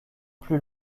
plus